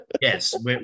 Yes